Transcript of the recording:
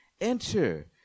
enter